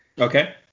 Okay